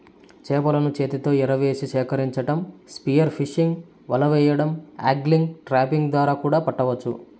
చేపలను చేతితో ఎరవేసి సేకరించటం, స్పియర్ ఫిషింగ్, వల వెయ్యడం, ఆగ్లింగ్, ట్రాపింగ్ ద్వారా కూడా పట్టవచ్చు